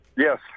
Yes